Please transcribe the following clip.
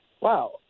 wow